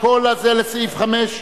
הכול לסעיף 5?